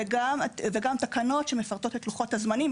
-- וגם תקנות שמפרטות את לוחות-הזמנים,